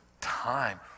time